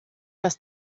das